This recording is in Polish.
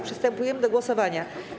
Przystępujemy do głosowania.